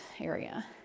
area